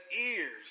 ears